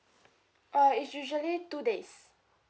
uh it's usually two days